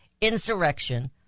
insurrection